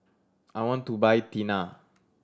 I want to buy Tena